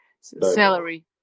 salary